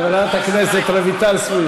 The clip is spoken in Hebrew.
חברת הכנסת רויטל סויד.